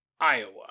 Iowa